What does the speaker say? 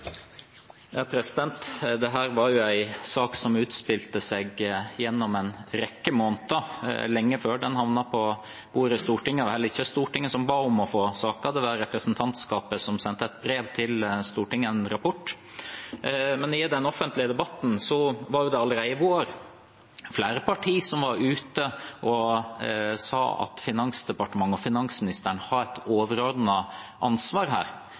var en sak som utspilte seg gjennom en rekke måneder, lenge før den havnet på bordet i Stortinget, og det var heller ikke Stortinget som ba om å få saken. Det var representantskapet som sendte et brev til Stortinget – en rapport. Men i den offentlige debatten var det allerede i vår flere partier som var ute og sa at her har Finansdepartementet og finansministeren et overordnet ansvar.